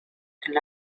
and